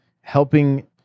helping